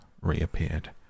reappeared